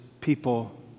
people